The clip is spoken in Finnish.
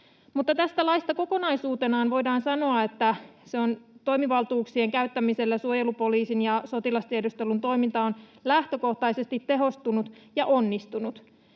tästä laista kokonaisuutenaan voidaan sanoa, että sen toimivaltuuksien käyttämisellä suojelupoliisin ja sotilastiedustelun toiminta on lähtökohtaisesti tehostunut ja onnistunut.